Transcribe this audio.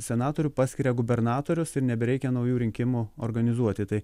senatorių paskiria gubernatorius ir nebereikia naujų rinkimų organizuoti tai